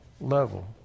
level